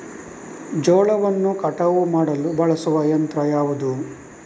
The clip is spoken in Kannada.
ಜೋಳವನ್ನು ಕಟಾವು ಮಾಡಲು ಬಳಸುವ ಯಂತ್ರ ಯಾವುದು?